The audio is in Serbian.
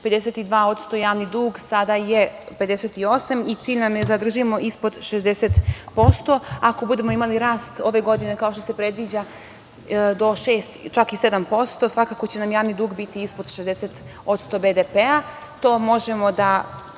52% javni dug, sada je 58% i cilj nam je da zadržimo ispod 60%, ako budemo imali rast ove godine, kao što se predviđa do 6%, čak i 7%, svakako će nam javni dug biti ispod 60% BDP-a, to možemo da